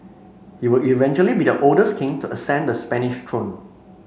he will eventually be the oldest king to ascend the Spanish throne